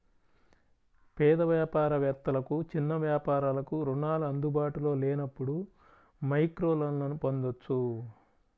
పేద వ్యాపార వేత్తలకు, చిన్న వ్యాపారాలకు రుణాలు అందుబాటులో లేనప్పుడు మైక్రోలోన్లను పొందొచ్చు